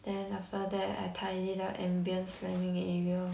then after that I tidy the ambience slamming area